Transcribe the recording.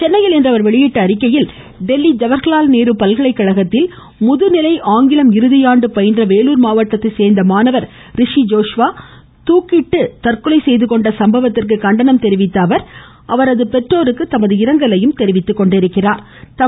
சென்னையில் இன்று அவர் வெளியிட்டுள்ள அறிக்கையில் தில்லி ஜவஹர்லால்நேரு பல்கலைகழகத்தில் முதுநிலை ஆங்கிலம் இறுதியாண்டு பயின்ற வேலூர் மாவட்டத்தைச் சேர்ந்த மாணவர் ரிஷி ஜோஷ்வா தூக்கிட்டு தற்கொலை செய்து கொண்ட சம்பவத்திற்கு கண்டனம் தெரிவித்துள்ள அவர் அவரது பெற்றோருக்கு தமது இரங்கலையும் தெரிவித்துக் கொண்டுள்ளார்